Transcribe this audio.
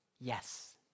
yes